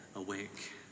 Awake